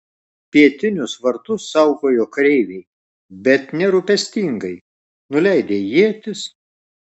pietinius vartus saugojo kareiviai bet nerūpestingai nuleidę ietis